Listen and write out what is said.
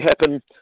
happen